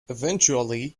eventually